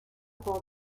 hold